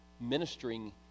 ministering